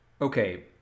Okay